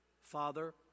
Father